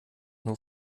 nur